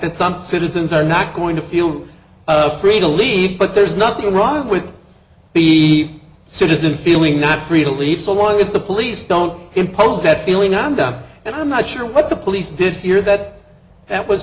that something citizens are not going to feel free to leave but there's nothing wrong with the citizen feeling not free to leave so long as the police don't impose that feeling i'm done and i'm not sure what the police did here that that was